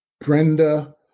Brenda